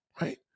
right